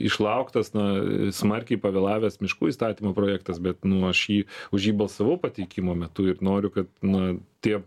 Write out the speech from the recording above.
išlauktas na smarkiai pavėlavęs miškų įstatymo projektas bet aš jį už jį balsavau pateikimo metu ir noriu kad na tie